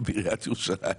בעיריית ירושלים.